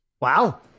Wow